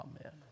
Amen